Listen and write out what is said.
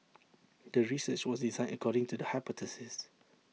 the research was designed according to the hypothesis